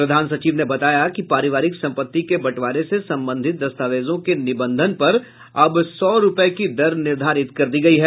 प्रधान सचिव ने बताया कि परिवारिक संपत्ति के बंटवारे से संबंधित दस्तावेजों के निबंधन पर अब सौ रूपये की दर निर्धारित कर दी गयी है